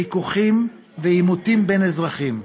חיכוכים ועימותים בין אזרחים.